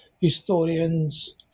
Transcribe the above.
historians